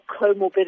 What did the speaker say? comorbidity